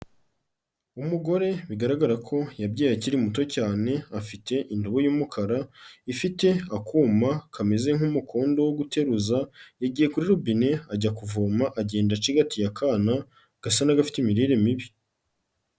Umugore bigaragara ko yabya akiri muto cyane, afite indobo y'umukara ifite akuma kameze nk'umukondo wo guteruza, yagiye kuri robine ajya kuvoma, agenda acigatiye akana gasa n'agafite imirire mibi.